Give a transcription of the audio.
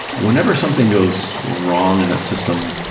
whenever something goes wrong in that system,